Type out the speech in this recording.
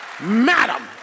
madam